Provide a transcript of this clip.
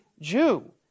Jew